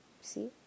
see